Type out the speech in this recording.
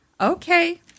Okay